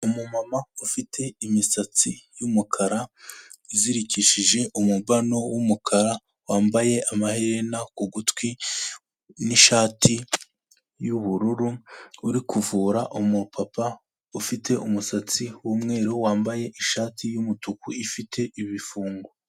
Umumama ufite imisatsi y'umukara, izirikishije umubano w'umukara, wambaye amaherena ku gutwi n'ishati y'ubururu, uri kuvura umupapa ufite umusatsi w'umweru wambaye ishati y'umutuku ifite ibifungo.